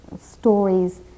stories